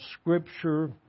Scripture